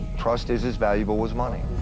trust is as valuable as money.